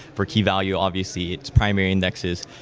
for key-value, obviously, its primary indexes.